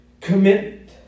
Commitment